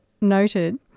noted